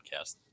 Podcast